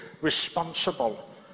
responsible